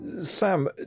Sam